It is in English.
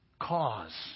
cause